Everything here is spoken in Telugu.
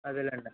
అదేలేండి